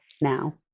now